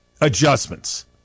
adjustments